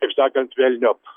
taip sakant velniop